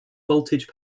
voltage